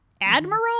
admiral